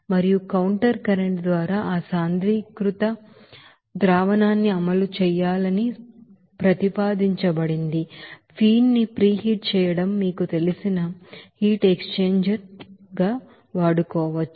మరియు counter current ద్వారా ఆ కాన్సన్ట్రేటెడ్ సొల్యూషన్ న్ని అమలు చేయాలని ప్రతిపాదించబడింది ఫీడ్ ని ప్రీహీట్ చేయడం మీకు తెలిసిన హీట్ ఎక్స్ఛేంజర్ మీకు తెలుసు